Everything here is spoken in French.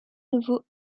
nouveaux